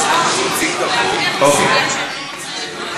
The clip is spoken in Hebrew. אוקיי.